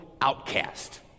outcast